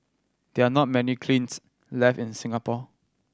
there are not many kilns left in Singapore